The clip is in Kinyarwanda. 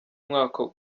mwaka